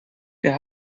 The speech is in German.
der